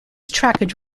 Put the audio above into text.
trackage